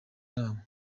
inama